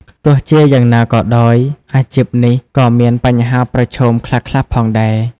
ទោះជាយ៉ាងណាក៏ដោយ អាជីពនេះក៏មានបញ្ហាប្រឈមខ្លះៗផងដែរ។